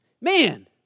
man